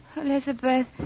Elizabeth